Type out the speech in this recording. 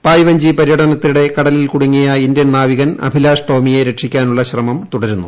പായ്വഞ്ചി പരൃടനത്തിനിടെ കടലിൽ കൂടുങ്ങിയ ഇന്ത്യൻ നാവികൻ അഭിലാഷ് ടോമിയെ രക്ഷിക്കാനുള്ള ശ്രമം തുടരുന്നു